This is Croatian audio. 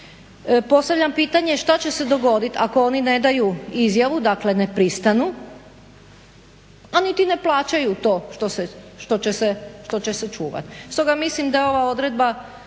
Postavljam pitanje što će se dogoditi ako oni ne daju izjavu, dakle ne pristanu, a niti ne plaćaju to što će se čuvati? Stoga mislim da je ova odredba